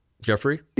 Jeffrey